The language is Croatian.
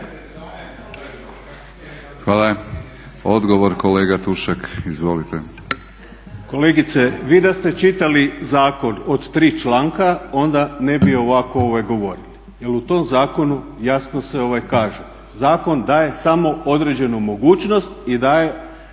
Hvala. Odgovor kolega tušak. **Tušak, Zlatko (ORaH)** Kolegice vi da ste čitali zakon od tri članka onda ne bi ovako govorili, jer u tom zakonu jasno se kaže: "Zakon daje samo određenu mogućnost i daje